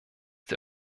der